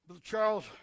Charles